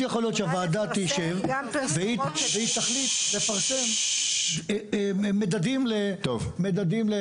מאוד יכול להיות שהוועדה תשב והיא תחליט לפרסם מדדים להחלטתה.